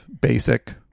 basic